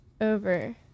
Over